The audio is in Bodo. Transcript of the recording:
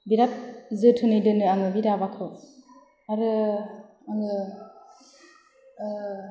बिराथ जोथोनै दोनो आङो बि दाबाखौ आरो आङो